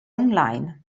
online